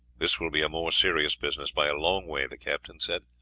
this will be a more serious business by a long way, the captain said.